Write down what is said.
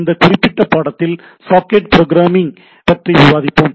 இந்த குறிப்பிட்ட பாடத்தில் சாக்கெட் ப்ரோகிராமிங் பற்றி விவாதிப்போம்